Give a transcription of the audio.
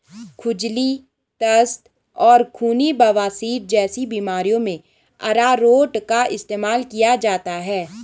खुजली, दस्त और खूनी बवासीर जैसी बीमारियों में अरारोट का इस्तेमाल किया जाता है